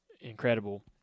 incredible